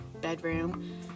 bedroom